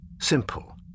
simple